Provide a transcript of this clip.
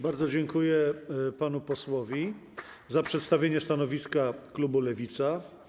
Bardzo dziękuję panu posłowi za przedstawienie stanowiska klubu Lewica.